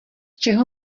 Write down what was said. čeho